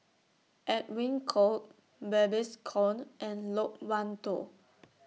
Edwin Koek Babes Conde and Loke Wan Tho